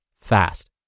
fast